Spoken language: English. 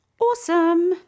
Awesome